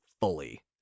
fully